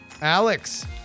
Alex